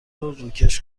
روکش